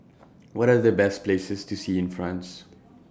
What Are The Best Places to See in France